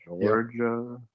Georgia